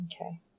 Okay